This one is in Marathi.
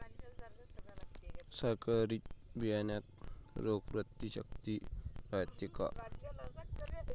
संकरित बियान्यात रोग प्रतिकारशक्ती रायते का?